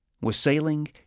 Wassailing